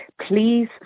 please